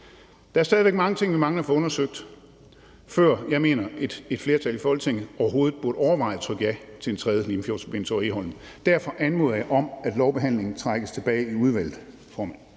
Der er stadig væk mange ting, vi mangler at få undersøgt, før jeg mener, at et flertal i Folketinget overhovedet burde overveje at trykke ja til en tredje Limfjordsforbindelse over Egholm. Derfor anmoder jeg om, at lovbehandlingen trækkes tilbage i udvalget, formand.